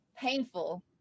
painful